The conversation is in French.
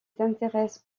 s’intéresse